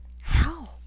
How